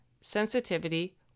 sensitivity